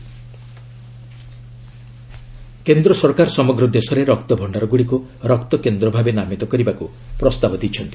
blood centres କେନ୍ଦ୍ ସରକାର ସମଗ୍ ଦେଶରେ ରକ୍ତଭଣ୍ଡାରଗୁଡ଼ିକୁ ରକ୍ତ କେନ୍ଦ୍ ଭାବେ ନାମିତ କରିବାକୁ ପ୍ରସ୍ତାବ ଦେଇଛନ୍ତି